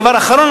דבר אחרון,